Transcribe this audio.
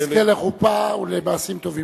שנזכה לחופה ולמעשים טובים.